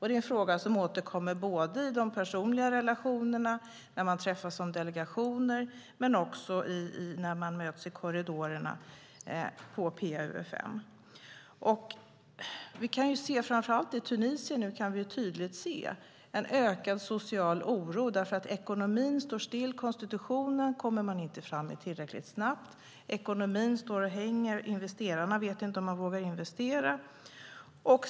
Det är en fråga som återkommer i de personliga relationerna, när man träffas som delegationer och när man möts i korridorerna på PA-UfM. Framför allt i Tunisien kan vi tydligt se en ökad social oro därför att ekonomin står still och därför att man inte kommer fram med konstitutionen tillräckligt snabbt. Ekonomin står och hänger, och investerarna vet inte om de vågar investera.